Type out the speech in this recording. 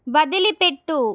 వదిలిపెట్టు